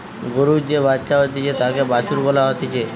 গরুর যে বাচ্চা হতিছে তাকে বাছুর বলা হতিছে